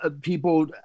people